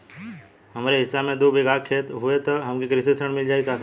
हमरे हिस्सा मे दू बिगहा खेत हउए त हमके कृषि ऋण मिल जाई साहब?